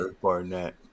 Barnett